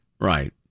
Right